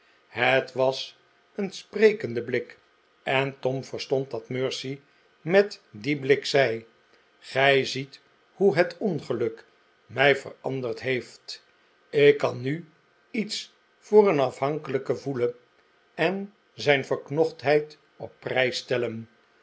het was een sprekende blik en tom verstond dat mercy met dien blik zei gij ziet hoe het ongeiuk mij veranderd heeft ik kan nu iets voor een afhankelijke voelen en zijn verknochtheid op prijs stellen